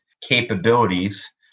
capabilities